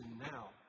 now